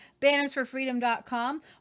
BannersForFreedom.com